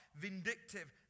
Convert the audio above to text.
vindictive